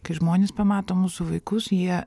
kai žmonės pamato mūsų vaikus jie